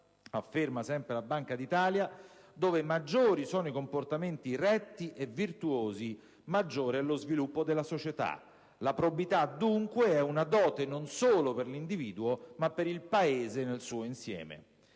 afferma sempre la Banca d'Italia, dove maggiori sono i comportamenti retti e virtuosi, maggiore è lo sviluppo della società: la probità, dunque, è una dote non solo per l'individuo ma per il Paese nel suo insieme.